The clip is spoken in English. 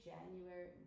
January